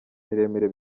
miremire